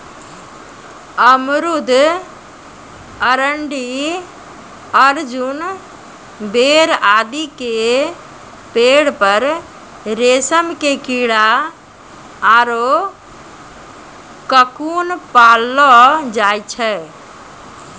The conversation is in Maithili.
अमरूद, अरंडी, अर्जुन, बेर आदि के पेड़ पर रेशम के कीड़ा आरो ककून पाललो जाय छै